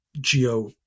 geo